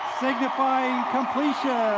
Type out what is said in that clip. signifying completion!